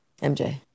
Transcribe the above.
MJ